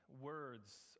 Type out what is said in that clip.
words